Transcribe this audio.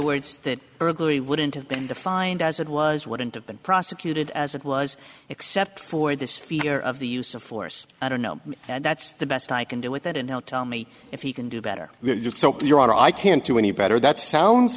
it's that burglary wouldn't have been defined as it was wouldn't have been prosecuted as it was except for this fear of the use of force i don't know that that's the best i can do with it and now tell me if he can do better so your honor i can't do any better that sounds